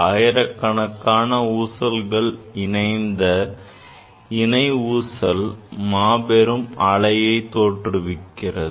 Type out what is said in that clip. ஆயிரக்கணக்கான ஊசல்கள் இணைந்த இணை ஊசல் மாபெரும் அலையைத் தோற்றுவிக்கிறது